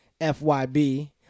Fyb